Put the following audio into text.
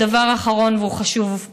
והדבר האחרון, וגם הוא חשוב,